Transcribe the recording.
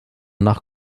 nach